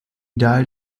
died